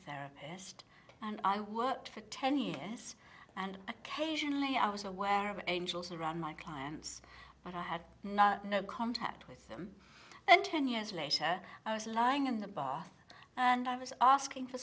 therapist and i worked for ten years and occasionally i was aware of angels around my clients but i had no contact with them and ten years later i was lying in the bath and i was asking for